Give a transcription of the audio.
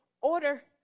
order